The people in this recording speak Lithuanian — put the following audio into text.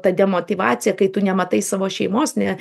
ta demotyvacija kai tu nematai savo šeimos ne